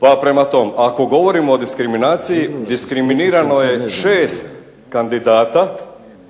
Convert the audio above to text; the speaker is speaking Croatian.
Pa prema tom, ako govorimo o diskriminaciji diskriminirano je 6 kandidata